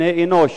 בני-אנוש,